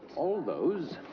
all those?